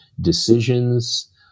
decisions